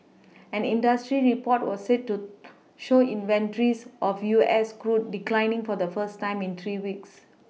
an industry report was said to show inventories of U S crude declined the first time in three weeks